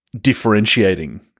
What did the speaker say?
differentiating-